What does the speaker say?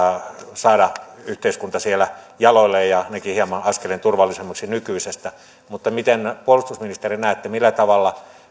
saada yhteiskunta siellä jaloilleen ja ainakin hieman askelen turvallisemmaksi nykyisestä mutta miten puolustusministeri näette millä tavalla